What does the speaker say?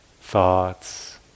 thoughts